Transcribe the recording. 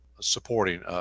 supporting